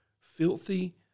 filthy